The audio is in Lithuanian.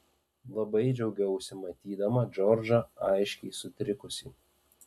labai džiaugiausi matydama džordžą aiškiai sutrikusį